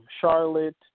Charlotte